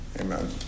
Amen